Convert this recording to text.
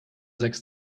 sechs